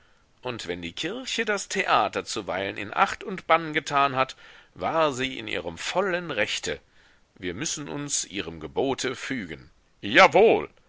und wenn die kirche das theater zuweilen in acht und bann getan hat war sie in ihrem vollen rechte wir müssen uns ihrem gebote fügen jawohl